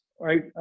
right